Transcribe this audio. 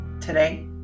Today